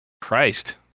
Christ